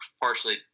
partially